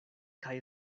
kaj